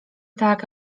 tak